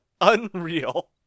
unreal